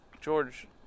George